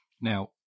Now